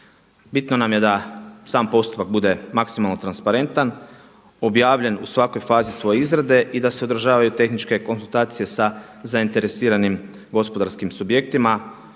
Bitno nam je da sam postupak bude maksimalno transparentan, objavljen u svakoj fazi svoje izrade i da se održavaju tehničke konzultacije sa zainteresiranim gospodarskim subjektima